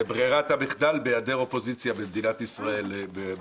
זאת ברירת המחדל בהיעדר אופוזיציה בכנסת במדינת ישראל.